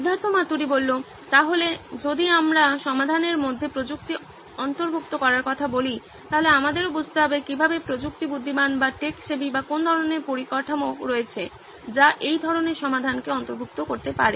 সিদ্ধার্থ মাতুরি তাহলে যদি আমরা সমাধানের মধ্যে প্রযুক্তি অন্তর্ভুক্ত করার কথা বলি তাহলে আমাদেরও বুঝতে হবে কিভাবে প্রযুক্তি বুদ্ধিমান বা কোন্ ধরনের পরিকাঠামো রয়েছে যা এই ধরনের সমাধানকে অন্তর্ভুক্ত করতে পারে